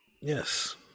Yes